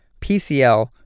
PCL